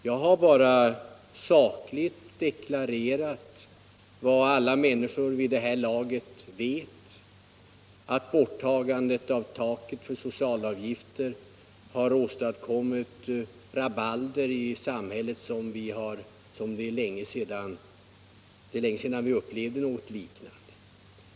Jag har sakligt redovisat det förhållandet som alla människor vid det här laget känner till, nämligen att borttagandet av taket för socialavgifter åstadkommit ett sådant rabalder i samhället att det är länge sedan vi upplevt något liknande.